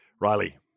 Riley